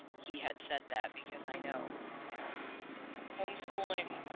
he had said that because i know you know homeschooling,